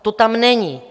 To tam není.